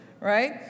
Right